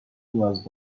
نیاز